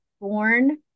born